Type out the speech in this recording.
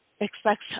expects